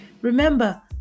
Remember